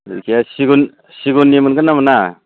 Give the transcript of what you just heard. इसे सिगुननि मोनगोन ना मोना